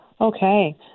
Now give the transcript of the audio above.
Okay